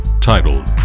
titled